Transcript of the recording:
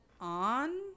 on